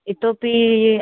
इतोऽपि